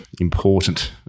important